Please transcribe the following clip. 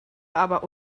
aber